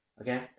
okay